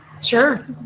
sure